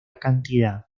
cantidad